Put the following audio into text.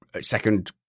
second